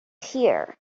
hear